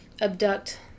abduct